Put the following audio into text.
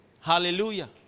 Hallelujah